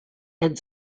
and